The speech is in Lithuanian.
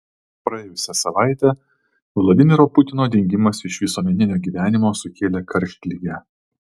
praėjusią savaitę vladimiro putino dingimas iš visuomeninio gyvenimo sukėlė karštligę